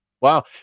wow